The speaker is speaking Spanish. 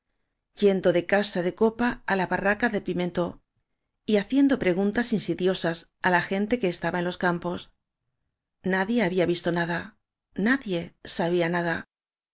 yendo de casa de copa á la barraca de pimentó y ha ciendo preguntas insidiosas á la gente que es taba en los campos nadie había visto nada nadie sabía nada